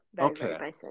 okay